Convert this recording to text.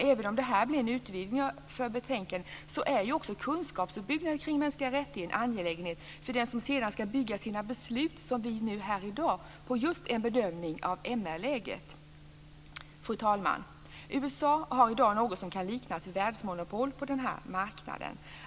Även om det här blir en utvidgning av betänkandet är ju också kunskapsuppbyggnaden kring mänskliga rättigheter en angelägenhet för den som sedan ska bygga sina beslut, som vi nu här i dag, på just en bedömning av Fru talman! USA har i dag något som kan liknas vid ett världsmonopol på den här marknaden.